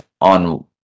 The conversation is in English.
on